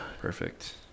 perfect